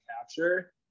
capture